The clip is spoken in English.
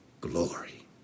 glory